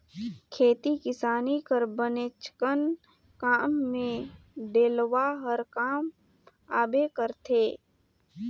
खेती किसानी कर बनेचकन काम मे डेलवा हर काम आबे करथे